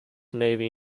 navy